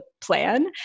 plan